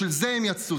בשביל זה הם יצאו.